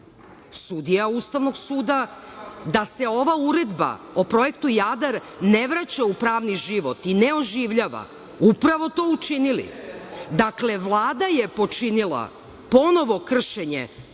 sudija Ustavnog suda da ova uredba o projektu „Jadar“ ne vraća u pravni život i ne oživljava, upravo to učinili. Dakle, Vlada je počinila ponovo kršenje